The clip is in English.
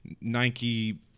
Nike